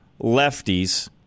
lefties